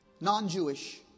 non-Jewish